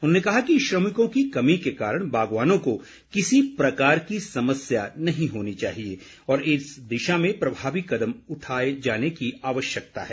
उन्होंने कहा कि श्रमिकों की कमी के कारण बागवानों को किसी प्रकार की समस्या नहीं होनी चाहिए और इन दिशा में प्रभावी कदम उठाने जाने की जुरूरत है